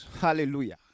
Hallelujah